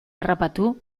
harrapatu